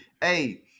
Hey